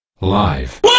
live